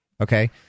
okay